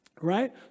right